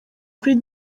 kuri